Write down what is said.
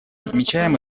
отмечаем